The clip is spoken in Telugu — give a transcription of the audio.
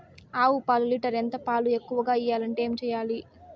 ఆవు పాలు లీటర్ ఎంత? పాలు ఎక్కువగా ఇయ్యాలంటే ఏం చేయాలి?